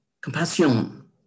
compassion